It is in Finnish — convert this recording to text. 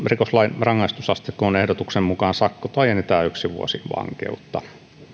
rikoslain rangaistusasteikko on ehdotuksen mukaan sakko tai enintään yksi vuosi vankeutta